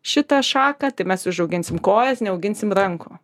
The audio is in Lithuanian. šitą šaką tai mes užauginsim kojas neauginsim rankų